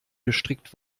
gestrickt